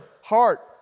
heart